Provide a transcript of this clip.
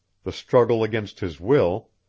the struggle against his will,